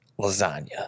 lasagna